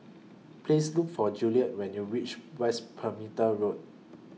Please Look For Juliet when YOU REACH West Perimeter Road